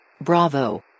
Bravo